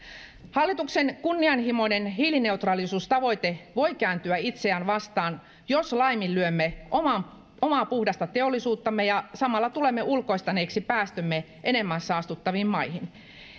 hallituksen kunnianhimoinen hiilineutraalisuustavoite voi kääntyä itseään vastaan jos laiminlyömme omaa omaa puhdasta teollisuuttamme ja samalla tulemme ulkoistaneeksi päästömme enemmän saastuttaviin maihin